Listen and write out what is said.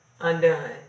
undone